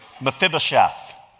Mephibosheth